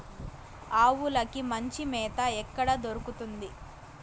ఆవులకి మంచి మేత ఎక్కడ దొరుకుతుంది?